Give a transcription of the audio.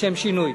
לשם שינוי.